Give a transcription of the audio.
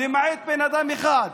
למעט בן אדם אחד,